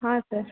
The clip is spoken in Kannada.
ಹಾಂ ಸರ್